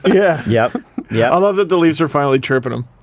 um yeah yeah. yeah. i love that the leafs are finally chirping him.